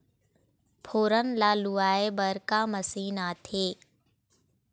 फोरन ला लुआय बर का मशीन आथे?